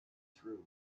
through